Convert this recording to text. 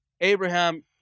Abraham